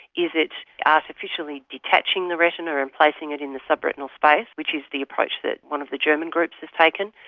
is it artificially detaching the retina and placing it in the subretinal space, which is the approach that one of the german groups has taken,